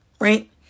right